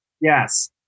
Yes